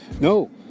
No